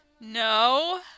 No